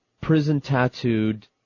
prison-tattooed